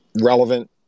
relevant